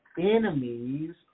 enemies